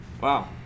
Wow